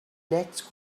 next